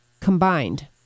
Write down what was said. combined